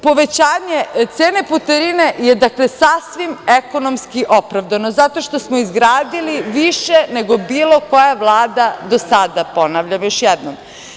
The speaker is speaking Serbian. Povećanje cene putarine je sasvim ekonomski opravdano zato što smo izgradili više nego bilo koja Vlada do sada, ponavljam još jednom.